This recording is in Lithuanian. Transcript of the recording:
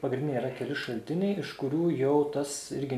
pagrindiniai yra keli šaltiniai iš kurių jau tas irgi